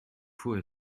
faut